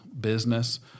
business